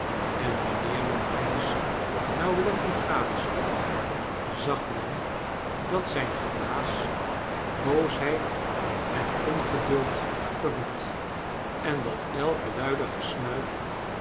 en wanneer men pancks nauwletiend gadesloeg zag men dat zijn geblaas boosheid en ongeduld verried en dat elk luider gesnuif